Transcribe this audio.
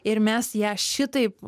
ir mes ją šitaip